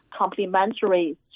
complementary